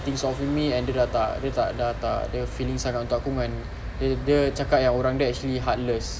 things off with me and dia dah tak dah tak ada feelings ah untuk aku when dia dia cakap orang dia is actually heartless